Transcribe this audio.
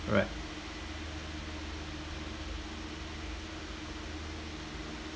alright